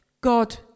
God